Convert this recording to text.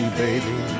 baby